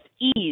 ease